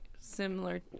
similar